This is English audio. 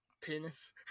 Penis